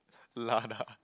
Lada